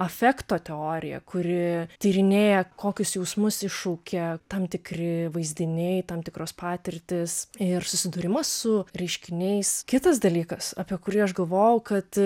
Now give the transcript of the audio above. afekto teorija kuri tyrinėja kokius jausmus iššaukia tam tikri vaizdiniai tam tikros patirtys ir susidūrimus su reiškiniais kitas dalykas apie kurį aš galvojau kad